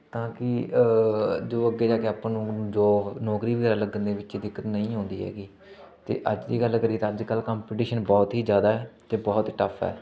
ਤਾਂ ਕਿ ਜੋ ਅੱਗੇ ਜਾ ਕੇ ਆਪਾਂ ਨੂੰ ਜੋ ਨੌਕਰੀ ਵਗੈਰਾ ਲੱਗਣ ਦੇ ਵਿੱਚ ਦਿੱਕਤ ਨਹੀਂ ਆਉਂਦੀ ਹੈਗੀ ਅਤੇ ਅੱਜ ਦੀ ਗੱਲ ਕਰੀਏ ਤਾਂ ਅੱਜ ਕੱਲ੍ਹ ਕੰਪੀਟੀਸ਼ਨ ਬਹੁਤ ਹੀ ਜ਼ਿਆਦਾ ਅਤੇ ਬਹੁਤ ਟੱਫ ਹੈ